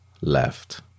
left